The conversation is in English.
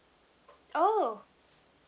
oh